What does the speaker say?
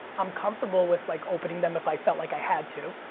i'm comfortable with like opening them if i felt like i had to.